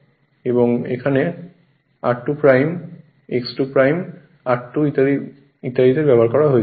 সুতরাং এখানে r2 X 2 r2 ইত্যাদি দের ব্যবহার করা হয়েছে